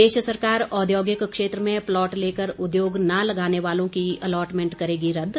प्रदेश सरकार औद्योगिक क्षेत्र में प्लॉट लेकर उद्योग न लगाने वालों की अलॉटमेंट करेगी रद्द